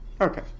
Okay